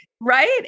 right